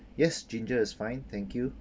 yes ginger is fine thank you